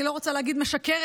אני לא רוצה להגיד "משקרת",